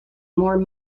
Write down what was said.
more